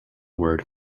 word